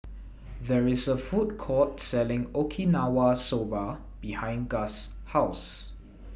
There IS A Food Court Selling Okinawa Soba behind Gus' House